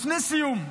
לפני סיום,